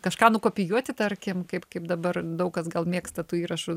kažką nukopijuoti tarkim kaip kaip dabar daug kas gal mėgsta tų įrašų